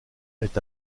est